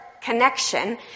connection